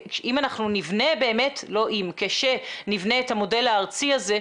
כשניבנה את המודל הארצי הזה,